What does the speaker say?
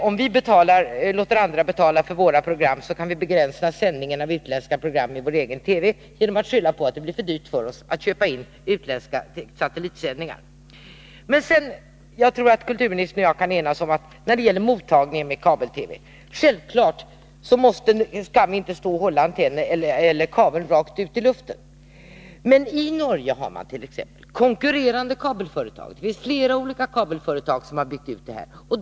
Om vi låter andra betala för våra program, kan vi begränsa sändningen av utländska program i vår egen TV genom att skylla på att det blir för dyrt att köpa in utländska satellitsändningar. Jag tror att kulturministern och jag kan enas när det gäller mottagningen av kabel-TV. Självklart kan man inte stå och hålla kabeln rakt ut i luften. Men i Norge har man konkurrerande kabel-TV-företag. Flera företag har byggt ut detta system.